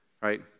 right